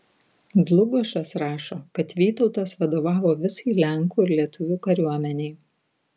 dlugošas rašo kad vytautas vadovavo visai lenkų ir lietuvių kariuomenei